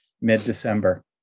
mid-December